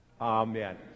Amen